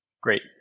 Great